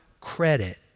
credit